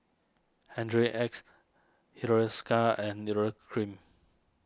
Hygin X Hiruscar and Urea Cream